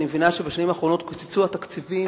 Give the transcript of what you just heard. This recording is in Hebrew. אני מבינה שבשנים האחרונות קוצצו התקציבים